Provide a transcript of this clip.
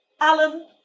Alan